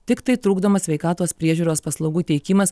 tiktai trukdomas sveikatos priežiūros paslaugų teikimas